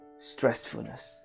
stressfulness